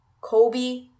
Kobe